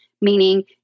meaning